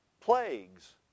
plagues